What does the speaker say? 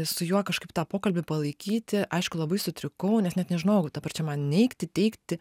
su juo kažkaip tą pokalbį palaikyti aišku labai sutrikau nes net nežinojau dabar čia man neigti teigti